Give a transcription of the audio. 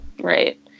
Right